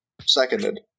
Seconded